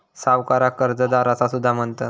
सावकाराक कर्जदार असा सुद्धा म्हणतत